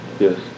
Yes